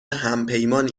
همپیمان